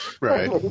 Right